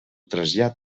trasllat